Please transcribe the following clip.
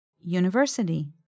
University